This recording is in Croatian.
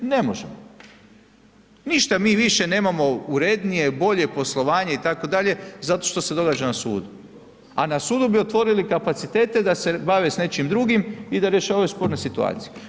Ne možemo, ništa mi više nemamo urednije, bolje poslovanje itd. zato što se događa na sudu, a na sudu bi otvorili kapacitete da se bave s nečim drugim i da rješavaju sporne situacije.